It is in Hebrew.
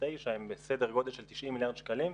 9 הן בסדר גודל של 90 מיליארד שקלים.